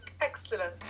excellent